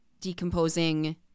decomposing